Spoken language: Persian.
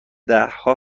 دهها